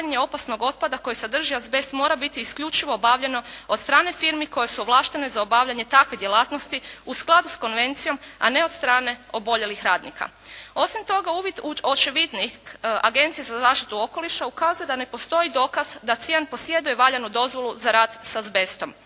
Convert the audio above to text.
opasnog otpada koji sadrži azbest mora biti isključivo obavljeno od strane firmi koje su ovlaštene za obavljanje takvih djelatnosti u skladu s konvencijom a ne od strane oboljelih radnika. Osim toga, uvid u očevidnik Agencije za zaštitu okoliša ukazuje da ne postoji dokaz da Cijan posjeduje valjanu dozvolu za rad s azbestom.